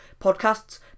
Podcasts